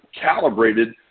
calibrated